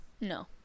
no